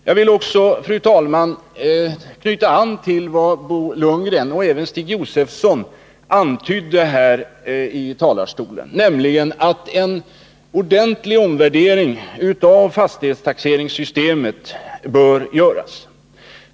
Jag vill också, fru talman, knyta an till vad Bo Lundgren och även Stig Josefson antydde här i talarstolen, nämligen att en ordentlig omvärdering av fastighetstaxeringssystemet bör göras.